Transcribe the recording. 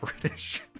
British